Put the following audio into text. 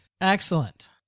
Excellent